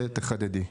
ותחדדי.